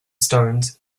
stones